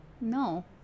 No